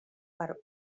per